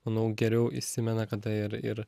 manau geriau įsimena kada ir ir